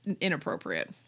inappropriate